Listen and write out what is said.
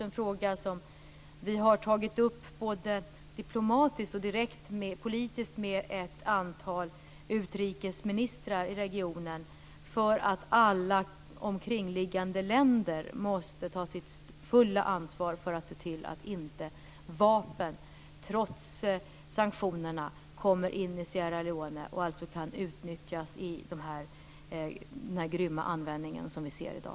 En fråga som vi har tagit upp både diplomatiskt och direkt politiskt med ett antal utrikesministrar i regionen är att alla omkringliggande länder måste ta sitt fulla ansvar för att se till att inte vapen, trots sanktionerna, kommer in i Sierra Leone och kan utnyttjas i den grymma användning som vi ser i dag.